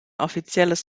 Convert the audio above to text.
offizielles